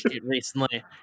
recently